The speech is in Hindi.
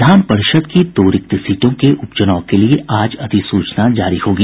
विधान परिषद की दो रिक्त सीटों के उप चुनाव के लिए आज अधिसूचना जारी होगी